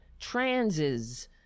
transes